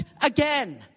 again